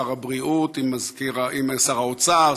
שר הבריאות עם שר האוצר,